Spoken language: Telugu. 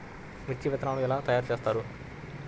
మిర్చి విత్తనాలు ఎలా తయారు చేస్తారు?